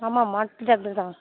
ஆமாம் மாட்டு டாக்ட்ரு தான்